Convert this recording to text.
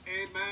amen